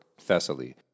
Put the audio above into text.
Thessaly